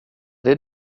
det